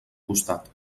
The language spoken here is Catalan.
costat